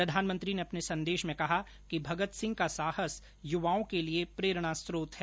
प्रधानमंत्री ने अपने संदेश में कहा कि भगत सिंह का साहस युवाओं के लिये प्रेरणास्त्रोत है